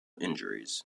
injuries